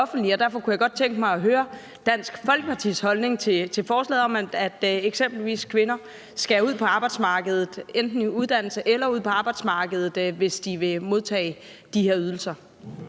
derfor kunne jeg godt tænke mig at høre Dansk Folkepartis holdning til forslaget om, at kvinder eksempelvis enten skal i uddannelse eller ud på arbejdsmarkedet, hvis de vil modtage de her ydelser.